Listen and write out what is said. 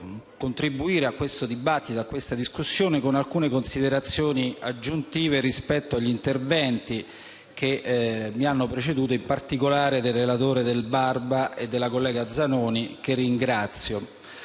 contribuire a questo dibattito con alcune considerazioni aggiuntive rispetto agli interventi che mi hanno preceduto, in particolare del relatore Del Barba e della collega Zanoni, che ringrazio.